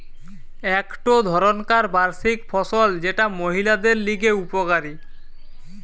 একটো ধরণকার বার্ষিক ফসল যেটা মহিলাদের লিগে উপকারী